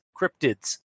cryptids